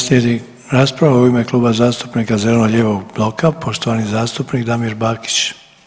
Slijedi rasprava u ime Kluba zastupnika zeleno-lijevog bloka, poštovani zastupnik Damir Bakić.